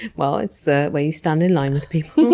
well, it's a way you stand in line with people.